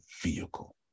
vehicle